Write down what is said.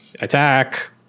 Attack